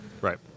Right